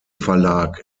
verlag